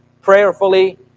prayerfully